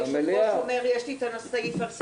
שהיושב-ראש אומר: יש לי כאן סעיף על סדר-היום,